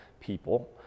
people